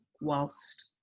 whilst